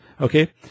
okay